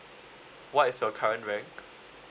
what is your current rank